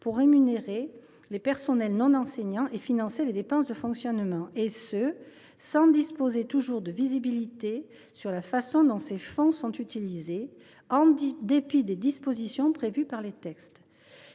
à rémunérer les personnels non enseignants et à financer les dépenses de fonctionnement, et ce alors que les communes ne disposent pas toujours d’une visibilité sur la façon dont ces fonds sont utilisés, en dépit des dispositions prévues par les textes.